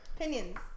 opinions